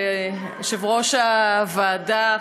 יושב-ראש הוועדה,